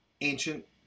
ancient